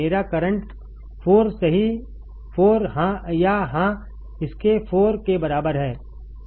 मेरा करंट 4 सही 4 या हाँ इसके 4 के बराबर है